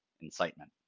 incitement